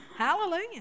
Hallelujah